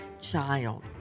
child